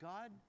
God